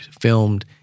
filmed